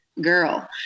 girl